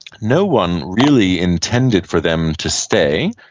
no one really intended for them to stay,